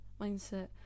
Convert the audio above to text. mindset